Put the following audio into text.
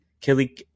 Kelly